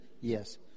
Yes